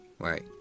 Right